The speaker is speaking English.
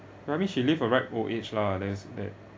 but I mean she lived a ripe old age lah there is that